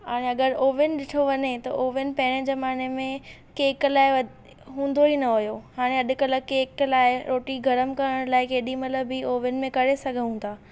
हाणे अगरि ओवन ॾिठो वञे त ओवन पहिरें ज़माने में केक लाइ वधि हूंदो ई न हुओ हाणे अॼुकल्ह केक लाइ रोटी गरमु करणु लाइ केॾी महिल बि ओवन में करे सघूं था